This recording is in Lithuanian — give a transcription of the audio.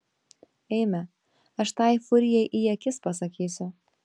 eime aš tai furijai į akis pasakysiu